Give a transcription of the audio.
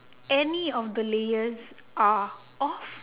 any of the layers are off